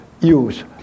use